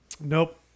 nope